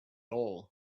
all